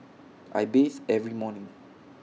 I bathe every morning